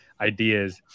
ideas